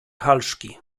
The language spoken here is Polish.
halszki